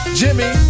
jimmy